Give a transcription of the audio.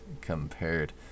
compared